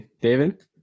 David